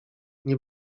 nie